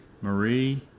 Marie